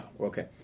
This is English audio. okay